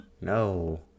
No